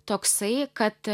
toksai kad